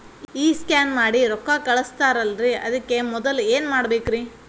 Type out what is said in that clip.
ಈ ಸ್ಕ್ಯಾನ್ ಮಾಡಿ ರೊಕ್ಕ ಕಳಸ್ತಾರಲ್ರಿ ಅದಕ್ಕೆ ಮೊದಲ ಏನ್ ಮಾಡ್ಬೇಕ್ರಿ?